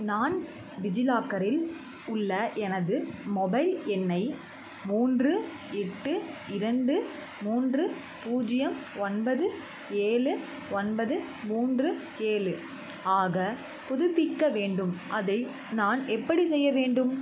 நான் டிஜிலாக்கரில் உள்ள எனது மொபைல் எண்ணை மூன்று எட்டு இரண்டு மூன்று பூஜ்ஜியம் ஒன்பது ஏழு ஒன்பது மூன்று ஏழு ஆக புதுப்பிக்க வேண்டும் அதை நான் எப்படிச் செய்ய வேண்டும்